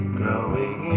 growing